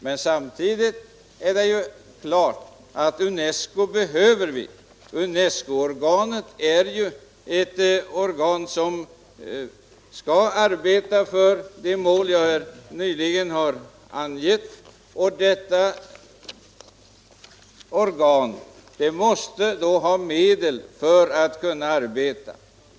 Men det står samtidigt klart att vi behöver UNESCO. UNESCO har all arbeta för de mål som jag tidigare angav. Det organet måste ha medel för att kunna arbeta.